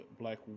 Black